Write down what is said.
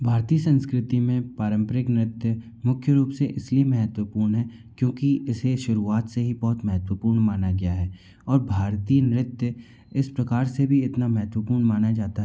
भारतीय संस्कृति में पारंपरिक नृत्य मुख्य रूप से इस लिए महेत्वपूर्ण है क्योंकि इसे शुरूवात से ही बहुत महेत्वपूर्ण माना गया है और भारतीय नृत्य इस प्रकार से भी इतना महेत्वपूर्ण माना जाता है